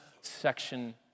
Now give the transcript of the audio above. section